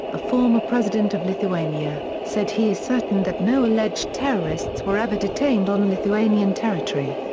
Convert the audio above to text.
a former president of lithuania, said he is certain that no alleged terrorists were ever detained on lithuanian territory.